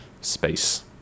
space